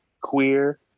queer